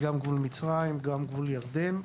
גם גבול מצרים, גם גבול ירדן.